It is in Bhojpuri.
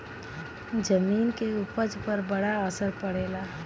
जमीन के उपज पर बड़ा असर पड़ेला